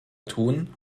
tun